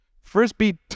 Frisbee